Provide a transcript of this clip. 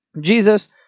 Jesus